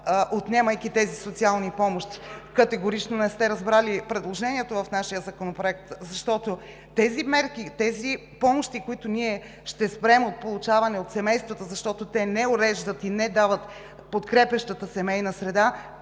представител Хасан Адемов.) Категорично не сте разбрали предложението в нашия законопроект, защото тези мерки – помощите, които ще спрем от получаване от семействата, защото те не уреждат и не дават подкрепящата семейна среда,